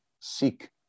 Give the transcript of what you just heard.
seek